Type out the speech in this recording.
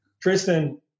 tristan